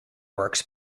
works